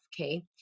Okay